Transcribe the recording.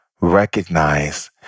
recognize